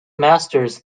masters